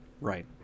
right